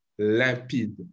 limpide